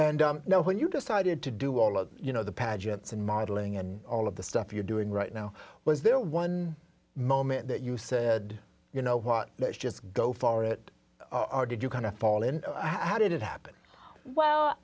and you know when you decided to do all of you know the pageants and modeling and all of the stuff you're doing right now was there one moment that you said you know what let's just go for it are did you kind of fall in how did it happen well